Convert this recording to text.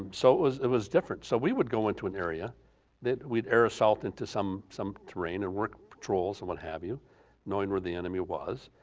so it was it was different, so we would go into an area that we'd air assault into some some terrain and work patrols and what have you knowing where the enemy was,